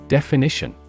Definition